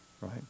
right